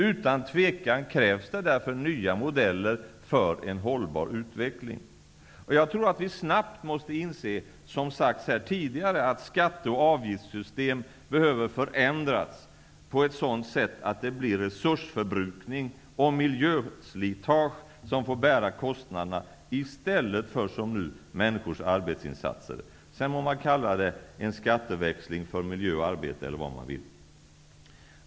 Utan tvekan krävs det nya modeller för en hållbar utveckling. Nu måste vi snabbt inse, som sagts tidigare, att skatte och avgiftssystem behöver förändras på ett sådant sätt att det blir resursförbrukning och miljöslitage som får bära kostnaderna, i stället för som nu, människors arbetsinsatser. Sedan kan man kalla det en skatteväxling för miljö och arbete eller vad man vill.